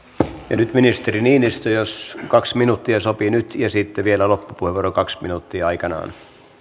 nyt ministeri niinistö jos kaksi minuuttia sopii nyt ja sitten vielä loppupuheenvuoro kaksi minuuttia aikanaan